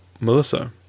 Melissa